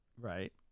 right